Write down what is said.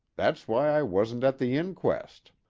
that's why i wasn't at the inquest.